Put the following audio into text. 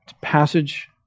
passage